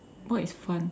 what is fun